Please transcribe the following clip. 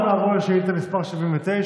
אנחנו נעבור לשאילתה מס' 79,